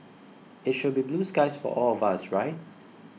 it should be blue skies for all of us right